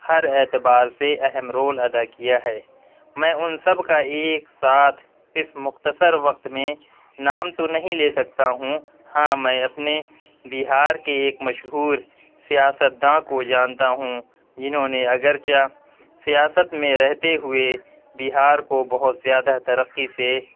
ہر اعتبار سے اہم رول ادا کیا ہے میں ان سب کا ایک ساتھ اس مختصر وقت میں نام تو نہیں لے سکتا ہوں ہاں میں اپنے بہار کے ایک مشہور سیاستداں کو جانتا ہوں جنہوں نے اگر چہ سیاست میں رہتے ہوئے بہار کو بہت زیادہ ترقی سے